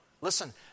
listen